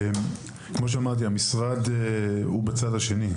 המשרד הוא בצד השני,